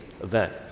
event